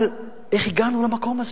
אבל איך הגענו למקום הזה?